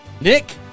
Nick